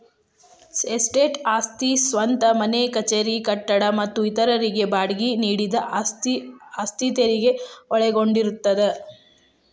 estate ಆಸ್ತಿ ಸ್ವಂತ ಮನೆ ಕಚೇರಿ ಕಟ್ಟಡ ಮತ್ತ ಇತರರಿಗೆ ಬಾಡ್ಗಿ ನೇಡಿದ ಆಸ್ತಿ ಆಸ್ತಿ ತೆರಗಿ ಒಳಗೊಂಡಿರ್ತದ